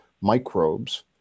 microbes